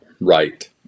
Right